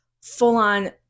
full-on